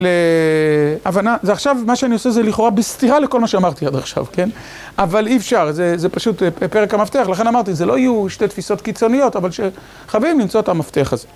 להבנה, זה עכשיו, מה שאני עושה זה לכאורה בסתירה לכל מה שאמרתי עד עכשיו, כן? אבל אי אפשר. זה פשוט פרק המפתח, לכן אמרתי, זה לא יהיו שתי תפיסות קיצוניות, אבל שחייבים למצוא את המפתח הזה.